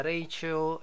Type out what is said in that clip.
Rachel